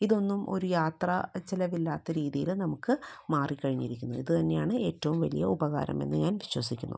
ഇതൊന്നും ഒരു യാത്ര ചിലവില്ലാത്ത രീതിയിൽ നമുക്ക് മാറി കഴിഞ്ഞിരിക്കുന്നു ഇത് തന്നെയാണ് ഏറ്റവും വലിയ ഉപകാരമെന്ന് ഞാൻ വിശ്വസിക്കുന്നു